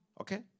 Okay